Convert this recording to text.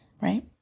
Right